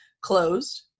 closed